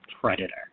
predator